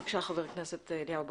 בבקשה, חבר הכנסת אליהו ברוכי.